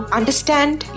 understand